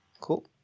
Cool